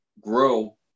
grow